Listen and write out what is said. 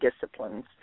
disciplines